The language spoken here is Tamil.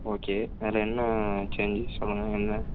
ஓகே வேற என்ன சேஞ்சு சொல்லுங்கள் என்ன